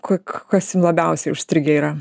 ko k kas jum labiausiai užstrigę yra